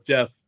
Jeff